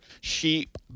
sheep